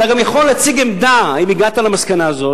אתה גם יכול להציג עמדה אם הגעת למסקנה הזאת,